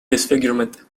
disfigurement